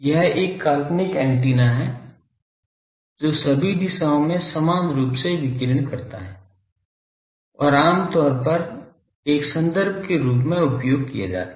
यह एक काल्पनिक एंटीना है जो सभी दिशाओं में समान रूप से विकिरण करता है और आमतौर पर एक संदर्भ के रूप में उपयोग किया जाता है